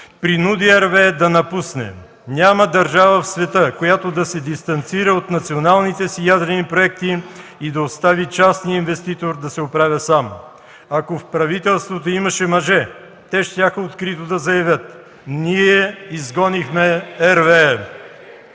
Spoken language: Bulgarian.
принуди RWE да напусне. Няма държава в света, която да се дистанцира от националните си ядрени проекти и да остави частния инвеститор да се оправя сам. Ако в правителството имаше мъже, те щяха открито да заявят: „Ние изгонихме RWE”.